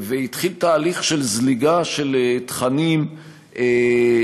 התחיל תהליך של זליגה של תכנים בתשלום,